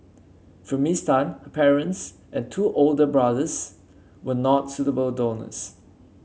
for Miss Tan her parents and two older brothers were not suitable donors